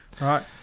right